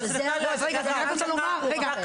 אני רק רוצה לומר --- רגע,